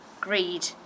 greed